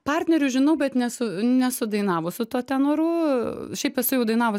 partnerius žinau bet nesu nesu dainavus su tuo tenoru šiaip esu jau dainavus